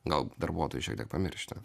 fgal darbuotojai šiek tiek pamiršta